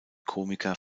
komiker